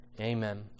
Amen